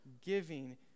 giving